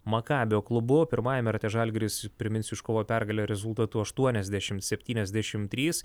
makabio klubu pirmajame rate žalgiris priminsiu iškovojo pergalę rezultatu aštuoniasdešim septyniasdešim trys